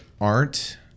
art